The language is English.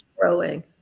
growing